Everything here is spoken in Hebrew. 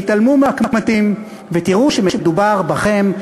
התעלמו מהקמטים ותראו שמדובר בכם,